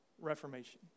Reformation